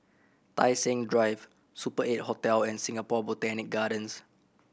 Tai Seng Drive Super Eight Hotel and Singapore Botanic Gardens